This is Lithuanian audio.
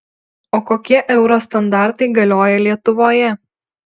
o kokie euro standartai galioja lietuvoje